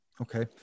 Okay